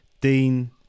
dean